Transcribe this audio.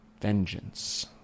Vengeance